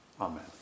Amen